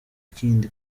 kindi